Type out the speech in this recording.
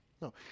No